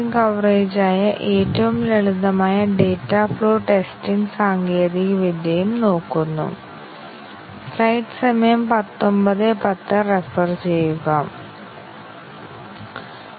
അതിനാൽ ബൌണ്ടഡ് ഏരിയകളുടെ എണ്ണം 2 ഉം സൈക്ലോമാറ്റിക് സങ്കീർണ്ണത 3 ഉം ആണ് മക് കേബിന്റെ മെട്രിക് ഇത് പരിശോധന ബുദ്ധിമുട്ടും വിശ്വാസ്യതയും നൽകുന്നു